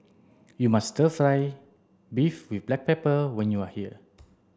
you must stir fry beef with black pepper when you are here